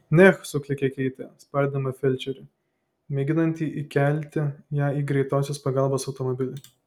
neh suklykė keitė spardydama felčerį mėginantį įkelti ją į greitosios pagalbos automobilį